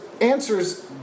answers